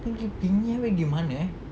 gi mana eh